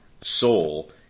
soul